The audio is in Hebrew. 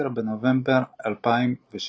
10 בנובמבר 2016